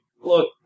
Look